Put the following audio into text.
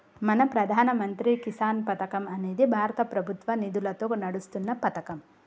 మన ప్రధాన మంత్రి కిసాన్ పథకం అనేది భారత ప్రభుత్వ నిధులతో నడుస్తున్న పతకం